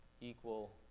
equal